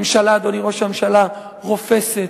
ממשלה, אדוני ראש הממשלה, רופסת,